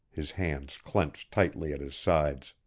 his hands clenched tightly at his sides.